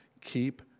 Keep